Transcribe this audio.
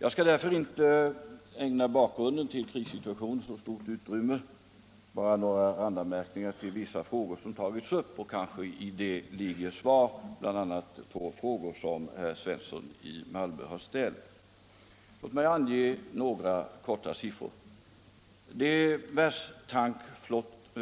Jag skall därför inte ägna bakgrunden till krissituationen så stort utrymme utan bara göra några randanmärkningar till vissa frågor som tagits upp — i mina randanmäkrningar ligger kanske också svaren på de frågor som bl.a. herr Svensson i Malmö har ställt. Låt mig i all korthet ange några siffror.